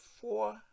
four